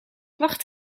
wacht